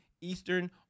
Eastern